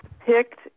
Picked